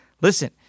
listen